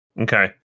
Okay